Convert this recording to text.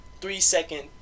three-second